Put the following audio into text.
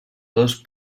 dos